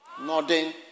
Nodding